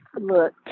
Look